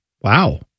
Wow